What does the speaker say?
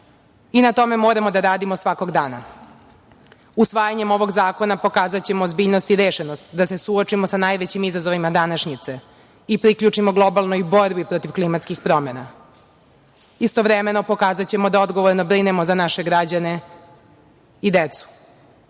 i na tome moramo da radimo svakog dana. Usvajanjem ovog zakona pokazaćemo ozbiljnost i rešenost da se suočimo sa najvećim izazovima današnjice i priključimo globalnoj borbi protiv klimatskih promena. Istovremeno, pokazaćemo da odgovorno brinemo za naše građane i decu. Pre